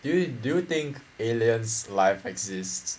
do you do you think aliens life exists